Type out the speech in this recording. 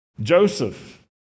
Joseph